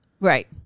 Right